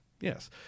yes